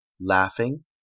laughing